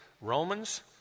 Romans